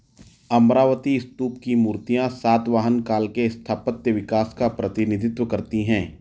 अमरावती स्तूप की मूर्तियाँ सातवाहन काल के स्थापत्य विकास का प्रतिनिधित्व करती हैं